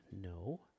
No